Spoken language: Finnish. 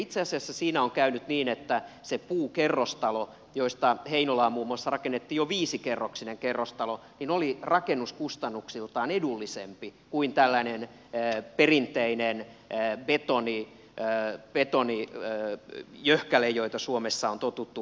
itse asiassa siinä on käynyt niin että kun heinolaan muun muassa rakennettiin jo viisikerroksinen puukerrostalo se oli rakennuskustannuksiltaan edullisempi kuin tällainen perinteinen betonijöhkäle joita suomessa on totuttu rakentamaan